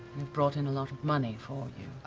we've brought in a lot of money for you.